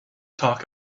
talk